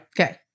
Okay